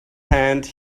hand